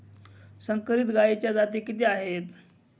संकरित गायीच्या जाती किती आहेत?